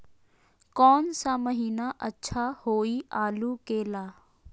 कौन सा महीना अच्छा होइ आलू के ला?